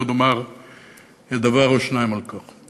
ועוד אומר דבר או שניים על כך.